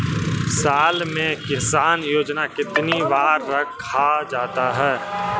साल में किसान योजना कितनी बार रखा जाता है?